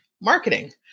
marketing